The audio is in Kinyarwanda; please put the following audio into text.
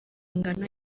ingano